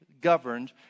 governed